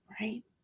right